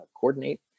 coordinate